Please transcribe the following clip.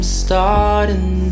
starting